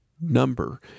number